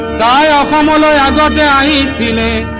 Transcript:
da um ah like da da da da